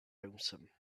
lonesome